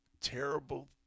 terrible